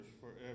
forever